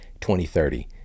2030